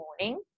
morning